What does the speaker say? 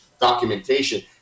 documentation